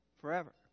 forever